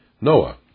Noah